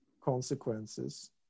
consequences